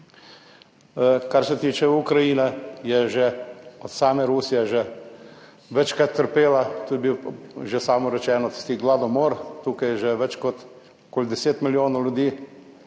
Kar se tiče Ukrajine, je že od same Rusije že večkrat trpela, to je bil že samo rečeno, tisti gladomor tukaj že več kot okoli 10 milijonov ljudi,